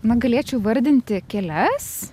na galėčiau vardinti kelias